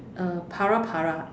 uh para-para